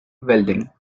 welding